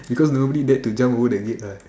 because nobody dared to jump over the gate right